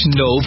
no